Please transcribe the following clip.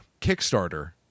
Kickstarter